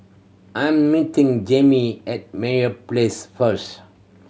I am meeting Jamey at Meyer Place first